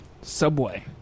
Subway